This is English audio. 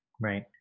Right